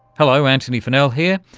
hello, antony funnell here,